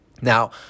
Now